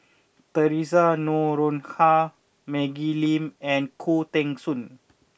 Theresa Noronha Maggie Lim and Khoo Teng Soon